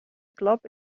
klap